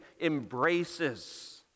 embraces